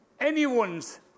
anyone's